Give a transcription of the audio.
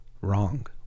wrong